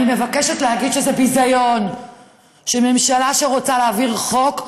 אני מבקשת להגיד שזה ביזיון שממשלה שרוצה להעביר חוק,